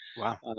Wow